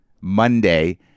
Monday